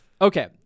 Okay